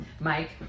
Mike